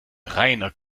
reiner